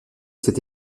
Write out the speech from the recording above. cet